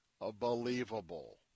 unbelievable